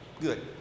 Good